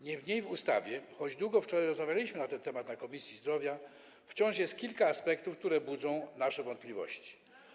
Niemniej w ustawie, choć długo wczoraj rozmawialiśmy na ten temat na posiedzeniu Komisji Zdrowia, wciąż jest kilka aspektów, które budzą nasze wątpliwości.